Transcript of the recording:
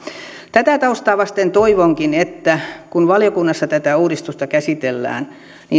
tätä taustaa vasten toivonkin että kun valiokunnassa tätä uudistusta käsitellään